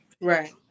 Right